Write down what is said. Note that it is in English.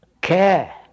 care